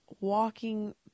walking